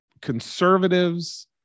conservatives